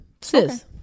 sis